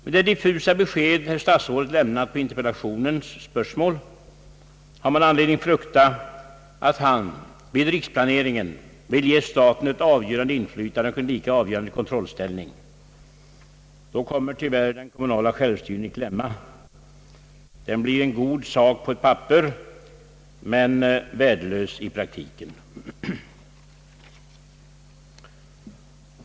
Med det diffusa besked som herr statsrådet lämnat på interpellationens spörsmål har man anledning frukta att han vid riksplaneringen vill ge staten ett avgörande inflytande och en lika avgörande kontrollställning. Då kommer tyvärr den kommunala självstyrel sen i kläm. Det blir en god sak på ett papper men värdelöst i praktiken.